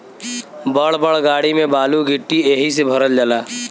बड़ बड़ गाड़ी में बालू गिट्टी एहि से भरल जाला